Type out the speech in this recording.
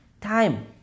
time